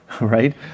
right